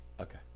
okay